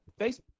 Facebook